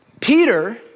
Peter